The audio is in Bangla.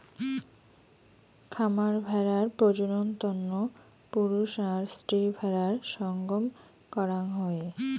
খামার ভেড়ার প্রজনন তন্ন পুরুষ আর স্ত্রী ভেড়ার সঙ্গম করাং হই